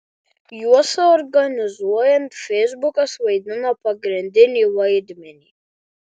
juos organizuojant feisbukas vaidino pagrindinį vaidmenį